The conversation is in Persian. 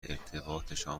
ارتباطشان